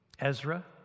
Ezra